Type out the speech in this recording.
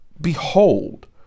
behold